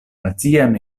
nacian